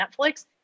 Netflix